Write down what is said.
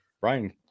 Brian